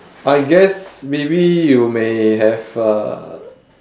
I guess maybe you may have a